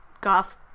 goth